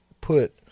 put